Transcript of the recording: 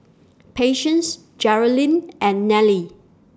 Patience Jerrilyn and Nelie